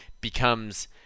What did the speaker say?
becomes